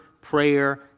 prayer